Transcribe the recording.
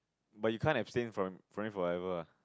but you can't abstain from from it forever ah